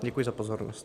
Děkuji za pozornost.